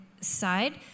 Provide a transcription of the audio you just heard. side